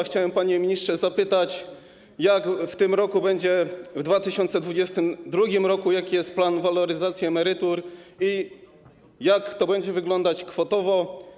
Chciałbym, panie ministrze, zapytać, jak w tym roku będzie, w 2022 r., jaki jest plan waloryzacji emerytur i jak to będzie wyglądać kwotowo.